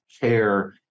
care